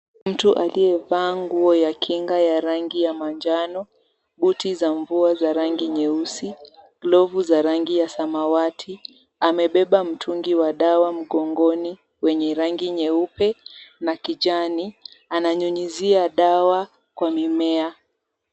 Mtu aliyevaa nguo ya kinga ya rangi ya manjano, buti za mvua za rangi nyeusi, glovu za rangi ya samawati, amebeba mtungi wa dawa mgongoni wenye rangi nyeupe na kijani, ananyunyizia dawa kwa mimea.